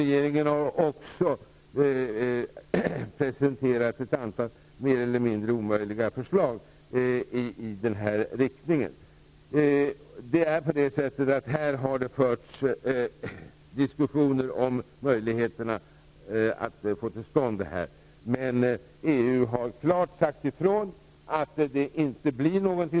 Vidare har regeringen presenterat ett antal mer eller mindre omöjliga förslag i den här riktningen. Här har det förts diskussioner om möjligheterna att få till stånd nämnda lösning. Men EU har klart sagt ifrån. Något sådant blir det inte.